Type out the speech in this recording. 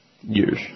Years